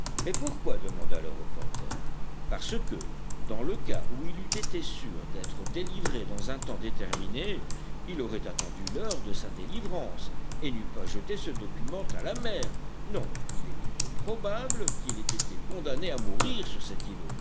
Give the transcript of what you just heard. et pourquoi demanda le reporter parce que dans le cas où il eût été sûr d'être délivré dans un temps déterminé il aurait attendu l'heure de sa délivrance et n'eût pas jeté ce document à la mer non il est plutôt probable qu'il était condamné à mourir sur cet îlot